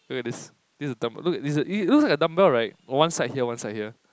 look at this this is a dumbbell right it looks like a dumbbell right on one side here one side here